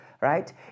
right